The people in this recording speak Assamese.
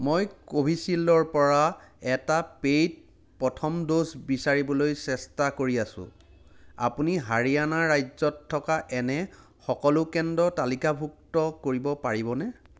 মই কোভিচিল্ডৰ পৰা এটা পেইড প্ৰথম ড'জ বিচাৰিবলৈ চেষ্টা কৰি আছোঁ আপুনি হাৰিয়ানা ৰাজ্যত থকা এনে সকলো কেন্দ্ৰ তালিকাভুক্ত কৰিব পাৰিবনে